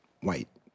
white